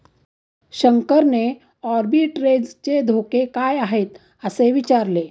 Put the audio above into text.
शंकरने आर्बिट्रेजचे धोके काय आहेत, असे विचारले